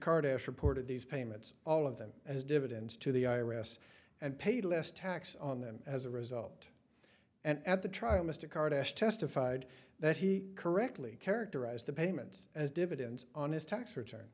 carter reported these payments all of them as dividends to the i r s and paid less tax on them as a result and at the trial mr carter testified that he correctly characterized the payments as dividends on his tax return